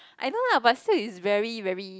I know lah but still is very very